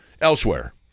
elsewhere